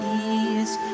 ease